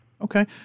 Okay